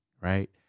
right